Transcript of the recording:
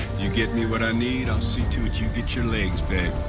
you get me what i need, i'll see to it you get your legs back.